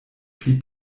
pli